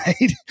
right